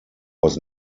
was